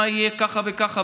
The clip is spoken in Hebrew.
מה יהיה ככה וככה,